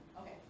Okay